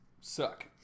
suck